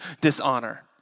dishonor